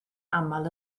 aml